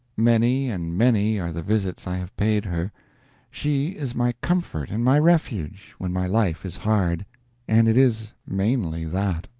many and many are the visits i have paid her she is my comfort and my refuge when my life is hard and it is mainly that.